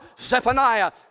Zephaniah